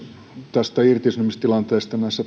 tästä irtisanomistilanteesta näissä